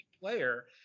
player